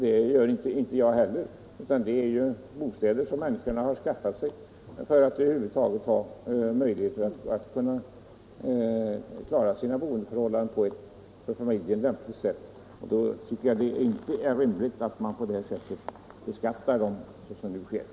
Det gör inte jag heller, utan det är bostäder som människorna skaffat sig för att över huvud taget kunna få boendeförhållanden som är lämpliga för familjen. Då tycker jag inte det är rimligt att man beskattar dem så som nu sker.